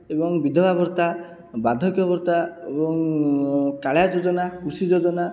ଏବଂ ବିଧବା ଭତ୍ତା ବାର୍ଦ୍ଧକ୍ୟ ଭତ୍ତା ଏବଂ କାଳିଆ ଯୋଜନା କୃଷି ଯୋଜନା